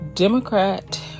Democrat